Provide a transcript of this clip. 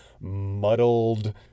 muddled